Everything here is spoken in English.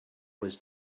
was